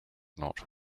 not